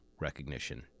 recognition